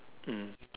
mm